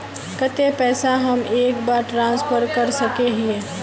केते पैसा हम एक बार ट्रांसफर कर सके हीये?